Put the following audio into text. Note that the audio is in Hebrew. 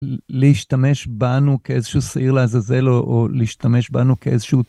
להשתמש בנו כאיזשהו שעיר לעזאזל או להשתמש בנו כאיזשהו...